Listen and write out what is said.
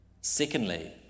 Secondly